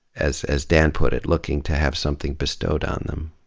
as as dan put it, looking to have something bestowed on them.